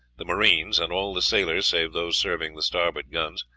the marines and all the sailors, save those serving the starboard guns,